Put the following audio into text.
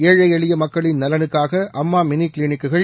ஏழை எளிய மக்களின் நலனுக்காக அம்மா மினி கிளினிக் கள்